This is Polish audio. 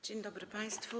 Dzień dobry państwu.